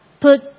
put